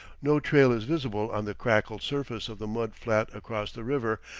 no trail is visible on the crackled surface of the mud-flat across the river,